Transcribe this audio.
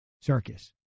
Circus